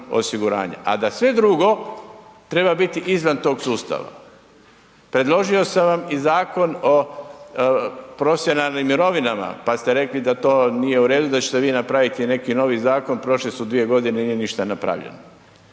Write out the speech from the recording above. a da sve drugo treba biti iznad tog sustava. Predložio sam vam i Zakon o profesionalnim mirovinama pa s te rekli da to nije u redu, da ćete vi napraviti neki novi zakon, prošle su 2 g., nije ništa napravljeno